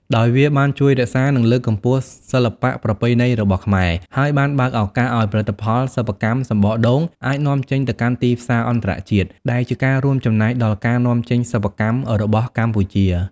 ដោយវាបានជួយរក្សា និងលើកកម្ពស់សិល្បៈប្រពៃណីរបស់ខ្មែរ ហើយបានបើកឱកាសឲ្យផលិតផលសិប្បកម្មសំបកដូងអាចនាំចេញទៅកាន់ទីផ្សារអន្តរជាតិ ដែលជាការរួមចំណែកដល់ការនាំចេញសិប្បកម្មរបស់កម្ពុជា។